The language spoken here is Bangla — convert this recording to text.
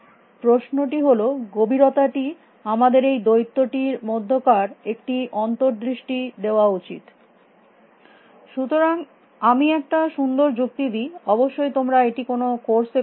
প্রশ্নটি হল গভীরতা টির আমাদের এই দৈত্যটি র মধ্যেকার একটি অন্তর্দৃষ্টি দেওয়া উচিত সুতরাং আমি একটা সুন্দর যুক্তি দি অবশ্যই তোমরা এটি কোনো কোর্স এ করে থাকবে